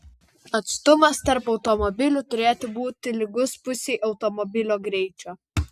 atstumas tarp automobilių turėtų būti lygus pusei automobilio greičio